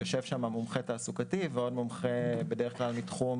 יושב שם מומחה תעסוקתי ועוד מומחה בדרך כלל מתחום